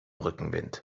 rückenwind